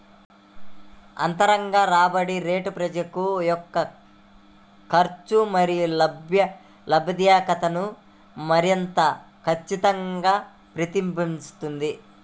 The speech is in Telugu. అంతర్గత రాబడి రేటు ప్రాజెక్ట్ యొక్క ఖర్చు మరియు లాభదాయకతను మరింత ఖచ్చితంగా ప్రతిబింబిస్తుంది